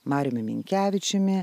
mariumi minkevičiumi